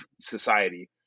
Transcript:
society